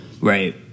right